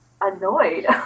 annoyed